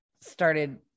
started